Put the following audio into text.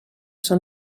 són